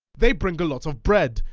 they bring a lot of bread.